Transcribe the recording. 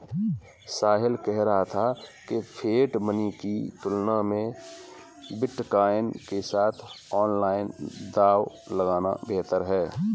साहिल कह रहा था कि फिएट मनी की तुलना में बिटकॉइन के साथ ऑनलाइन दांव लगाना बेहतर हैं